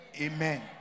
amen